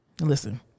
listen